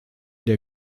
der